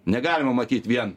negalima matyt vien